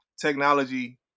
technology